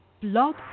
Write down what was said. Blog